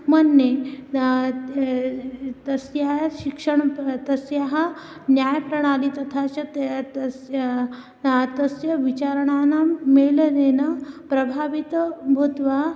मन्ये तस्य शिक्षणं तस्य न्यायप्रणाली तथा च त तस्य तस्य विचाराणां मेलनेन प्रभाविता भूत्वा